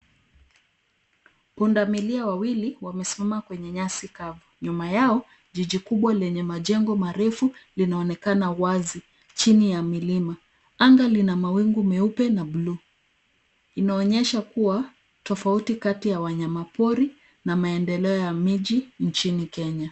Pundamikia wawili wamesimama kwenye nyasi kavu. Nyuma yao jiji kubwa lenye marefu linaonekana wazi chini ya milima. Anga lina mawingu meupe na buluu. Inaonyesha kuwa tofauti kati ya wanyama pori na maendeleo ya miji nchini Kenya.